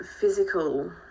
physical